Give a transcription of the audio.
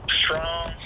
strong